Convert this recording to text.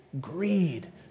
greed